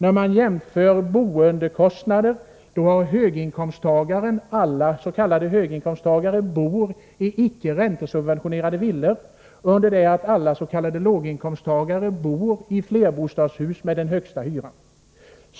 När man jämför boendekostnader, då utgår man från att alla s.k. höginkomsttagare bor i icke räntesubventionerade villor, under det att alla s.k. låginkomsttagare bor i flerfamiljshus med den högsta hyran.